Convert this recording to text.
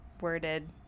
worded